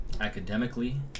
academically